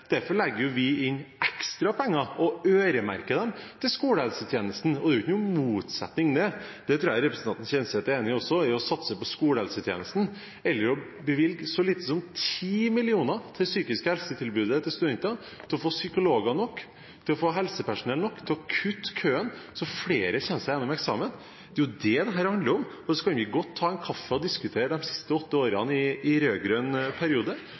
derfor legger vi inn ekstra penger og øremerker dem til skolehelsetjenesten. Det er ikke noen motsetning i det – det tror jeg representanten Kjenseth er enig i også – å satse på skolehelsetjenesten eller å bevilge så lite som 10 mill. kr til det psykiske helsetilbudet til studenter, til å få psykologer nok, til å få helsepersonell nok, til å kutte køen så flere kommer seg gjennom eksamen. Det er jo det dette handler om. Så kan vi godt ta en kaffe og diskutere de siste åtte årene i rød-grønn periode,